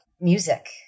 music